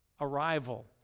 arrival